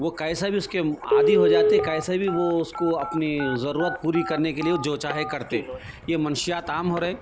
وہ کیسا بھی اس کے عادی ہو جاتے کیسا بھی وہ اس کو اپنی ضرورت پوری کرنے کے لیے جو چاہے کرتے یہ منشیات عام ہو رہے